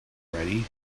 ready